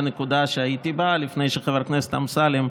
אחזור לנקודה שהייתי בה לפני שחבר הכנסת אמסלם,